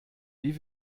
wie